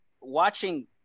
watching